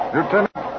Lieutenant